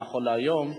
נכון להיום,